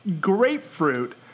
grapefruit